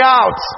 out